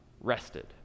rested